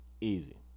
easy